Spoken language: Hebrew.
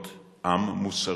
להיות עם מוסרי,